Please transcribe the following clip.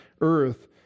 earth